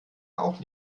auch